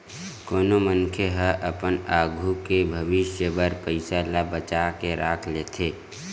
कोनो मनखे ह अपन आघू के भविस्य बर पइसा ल बचा के राख लेथे